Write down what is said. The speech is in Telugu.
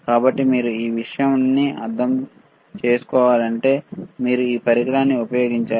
కాబట్టి మీరు ఈ విషయాన్ని అర్థం చేసుకోవాలంటే మీరు ఈ పరికరాన్ని ఉపయోగించాలి